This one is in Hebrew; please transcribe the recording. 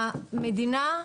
המדינה,